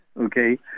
okay